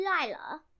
Lila